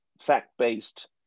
fact-based